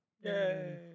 Yay